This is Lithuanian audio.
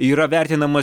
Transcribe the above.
yra vertinamas